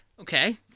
Okay